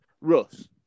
Russ